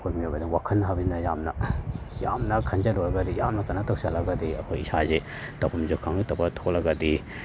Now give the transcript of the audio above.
ꯑꯩꯈꯣꯏ ꯃꯤꯑꯣꯏꯕꯗ ꯋꯥꯈꯜ ꯍꯥꯏꯕꯁꯤꯅ ꯌꯥꯝꯅ ꯌꯥꯝꯅ ꯈꯟꯖꯤꯜꯂꯨꯔꯒꯗꯤ ꯌꯥꯝꯅ ꯀꯩꯅꯣ ꯇꯧꯁꯤꯜꯂꯒꯗꯤ ꯑꯩꯈꯣꯏ ꯏꯁꯥꯁꯦ ꯇꯧꯐꯝꯁꯦ ꯈꯪꯉꯛꯇꯕ ꯊꯣꯛꯂꯒꯗꯤ